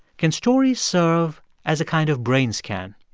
can stories serve as a kind of brain scan?